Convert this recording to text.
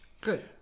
Good